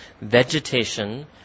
vegetation